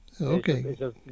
okay